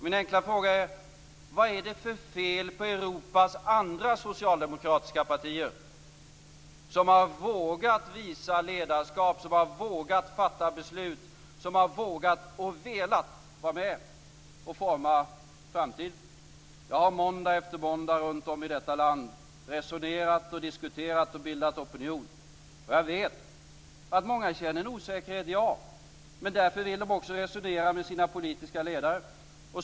Min enkla fråga är: Vad är det för fel på Europas andra socialdemokratiska partier som har vågat visa ledarskap, vågat fatta beslut och vågat och velat vara med att forma framtiden? Jag har måndag efter måndag runt om i detta land resonerat, diskuterat och bildat opinion. Jag vet att många känner osäkerhet. Ja. Därför vill de också resonera med sina politiska ledare.